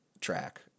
track